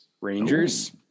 Rangers